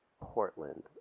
Portland